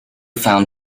found